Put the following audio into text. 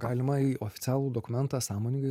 galima į oficialų dokumentą sąmoningai